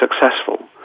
successful